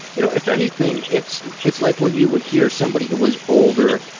you know if anything, it's it's like when you would hear somebody who was older